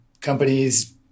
companies